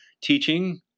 teaching